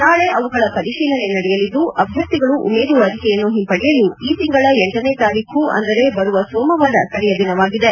ನಾಳೆ ಅವುಗಳ ಪರಿಶೀಲನೆ ನಡೆಯಲಿದ್ದು ಅಭ್ಯರ್ಥಿಗಳು ಉಮೇದುವಾರಿಕೆಯನ್ನು ಹಿಂಪಡೆಯಲು ಈ ತಿಂಗಳ ಲನೇ ತಾರೀಕು ಅಂದರೆ ಬರುವ ಸೋಮವಾರ ಕಡೆಯ ದಿನವಾಗಿದೆ